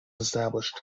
established